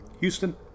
Houston